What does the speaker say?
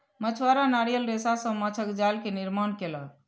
मछुआरा नारियल रेशा सॅ माँछक जाल के निर्माण केलक